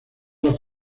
las